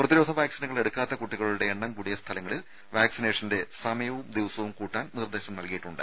പ്രതിരോധ വാക്സിനുകൾ എടുക്കാത്ത കുട്ടികളുടെ എണ്ണം കൂടിയ സ്ഥലങ്ങളിൽ വാക്സിനേഷന്റെ സമയവും ദിവസവും കൂട്ടാൻ നിർദ്ദേശം നൽകിയിട്ടുണ്ട്